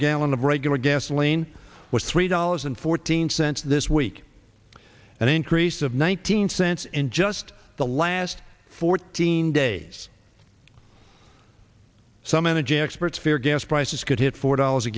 gallon of regular gasoline was three dollars and fourteen cents this week an increase of one thousand census in just the last fourteen days some energy experts fear gas prices could hit four dollars a